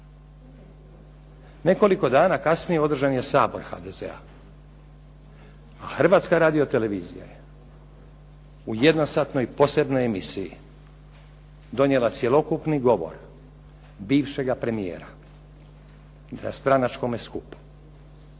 Nekoliko dana kasnije održan je sabor HDZ-a. Hrvatska radiotelevizija je u jednosatnoj posebnoj televiziji donijela cjelokupni govor bivšega premijera na stranačkome skupu.